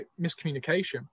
miscommunication